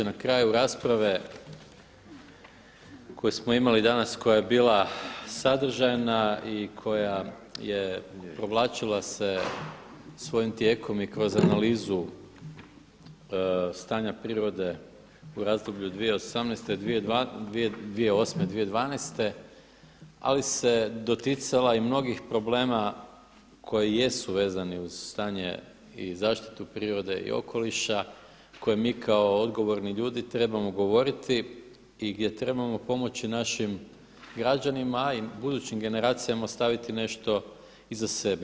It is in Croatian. Na kraju rasprave koju smo imali danas koja je bila sadržajna i koja se provlačila svojim tijekom i kroz analizu stanja prirode u razdoblju 2008.-2012. ali se doticala i mnogih problema koji jesu vezani uz stanje i zaštitu prirode i okoliša koje mi kao odgovorni ljudi trebamo govoriti i gdje trebamo pomoći našim građanima a i budućim generacija ostaviti nešto iza sebe.